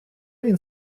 він